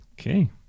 Okay